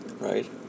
right